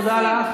תודה לך.